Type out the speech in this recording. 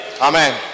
Amen